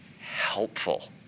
helpful